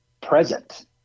present